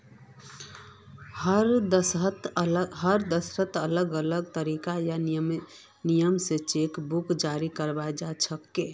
हर देशत अलग अलग तरीका या नियम स चेक बुक जारी कराल जाछेक